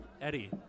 Eddie